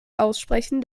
aussprechen